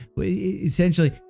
Essentially